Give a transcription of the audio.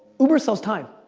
uber sells time.